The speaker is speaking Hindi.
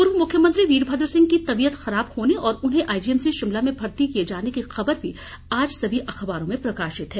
पूर्व मुख्यमंत्री वीरमद्र सिंह की तबीयत खराब होने और उन्हे आईजीएमसी शिमला में भर्ती किए जाने की खबर भी आज सभी अखबारों में प्रकाशित है